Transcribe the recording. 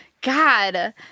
God